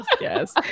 yes